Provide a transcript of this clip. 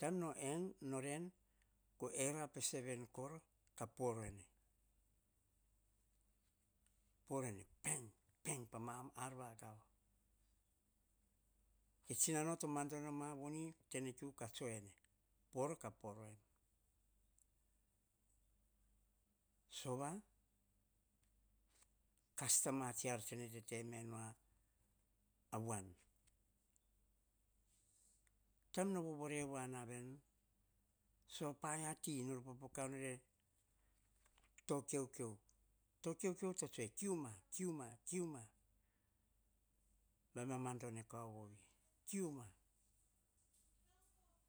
Taim nor en, po era pe seven koro, poruene peng, peng, peng pa var vakav. E tsinano to mandono ma voni, tenekiu ka tsue ene, poro ka poruem, sova kas tsa ma tsiar nene tete menu a wan. Taim no vovore na ve wa na veni so, paia ti, nor po po ka nor e to kiou kiou. To kiou kiou ka tsue, kiu ma, kiu ma, kiu ma, baim ma mandono kauvo ri.